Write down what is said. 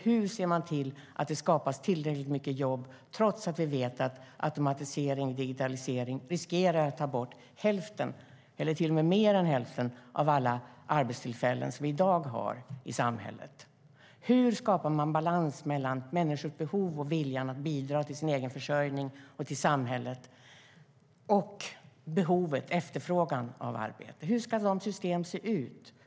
Hur ser man till att det skapas tillräckligt många jobb, trots att automatisering och digitalisering riskerar att ta bort mer än hälften av alla de arbetstillfällen som finns i dag i samhället? Hur skapar man balans mellan efterfrågan på arbete och människors behov och vilja att bidra till sin egen försörjning och till samhället? Hur ska de systemen se ut?